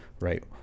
right